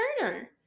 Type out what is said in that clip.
murder